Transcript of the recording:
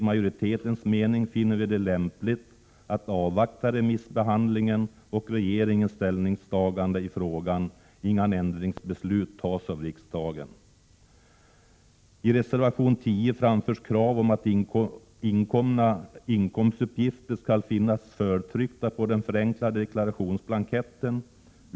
Majoritetens mening finner det lämpligt att avvakta remissbehandlingen och regeringens ställningstagande i frågan innan ändringsbeslut tas av riksdagen. I reservation 10 framförs krav om att inkomna inkomstuppgifter skall finnas förtryckta på den förenklade deklarationsblanketten.